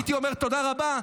הייתי אומר תודה רבה,